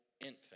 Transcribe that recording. infant